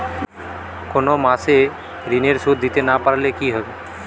কোন মাস এ ঋণের সুধ দিতে না পারলে কি হবে?